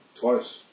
twice